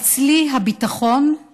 אצלי הביטחון הוא